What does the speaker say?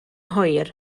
hwyr